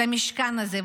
את המשכן הזה,